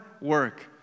work